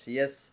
yes